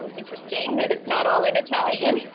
um interesting that it's not all in italian.